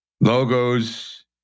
logos